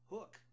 Hook